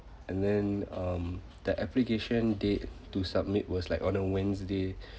and then um the application date to submit was like on a wednesday